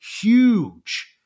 huge